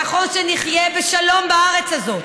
שנכון שנחיה בשלום בארץ הזאת,